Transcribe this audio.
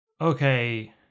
Okay